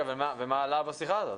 מה עלה בשיחה הזאת?